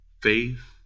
faith